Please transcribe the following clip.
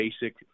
basic